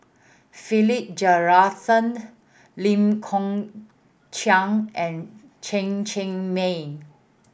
Philip Jeyaretnam Lee Kong Chian and Chen Cheng Mei